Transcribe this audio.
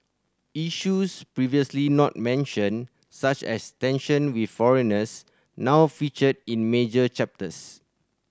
issues previously not mentioned such as tension with foreigners now feature in major chapters